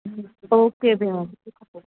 okay भेण